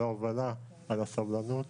על ההובלה, על הסבלנות.